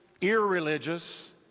irreligious